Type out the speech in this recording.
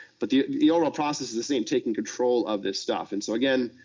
but the the overall process is the same, taking control of this stuff. and so, again,